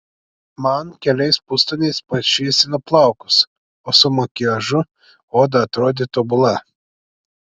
man keliais pustoniais pašviesino plaukus o su makiažu oda atrodė tobula